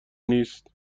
نیست